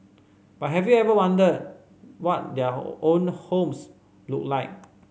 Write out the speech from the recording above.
but have you ever wondered what their own homes look like